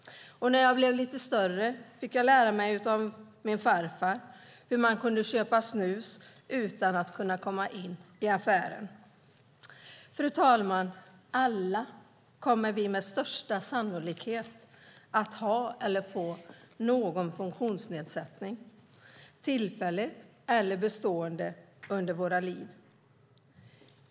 Och när jag blev lite större fick jag av min farfar lära mig hur man kunde köpa snus utan att kunna komma in i affären. Fru talman! Alla kommer vi med största sannolikhet att ha eller få någon funktionsnedsättning, tillfälligt eller bestående, under våra liv.